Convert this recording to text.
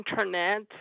internet